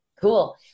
Cool